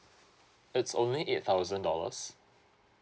it's only eight thousand dollars